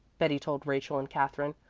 betty told rachel and katherine.